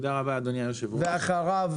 אחריו